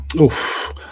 Oof